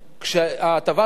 כשההטבה הזו הולכת ליזמים,